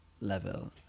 level